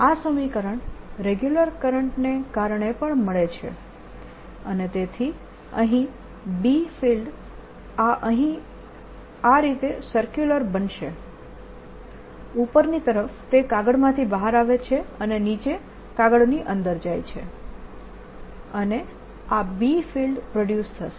આ સમીકરણ regular current ને કારણે પણ મળે છે અને તેથી અહીં B ફિલ્ડ આ અહીં રીતે સરક્યુલર બનશે ઉપરની તરફ તે કાગળમાંથી બહાર આવે છે અને નીચે કાગળની અંદર જાય છે અને આ B ફિલ્ડ પ્રોડ્યુસ થશે